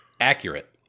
Accurate